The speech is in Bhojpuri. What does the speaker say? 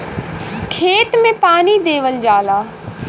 खेत मे पानी देवल जाला